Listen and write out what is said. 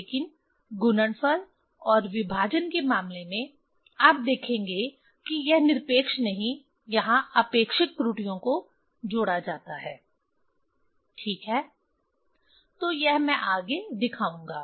लेकिन गुणनफल और विभाजन के मामले में आप देखेंगे कि यह निरपेक्ष नहीं यहां आपेक्षिक त्रुटियों को जोड़ा जाता है ठीक है तो यह मैं आगे दिखाऊंगा